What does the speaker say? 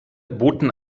boten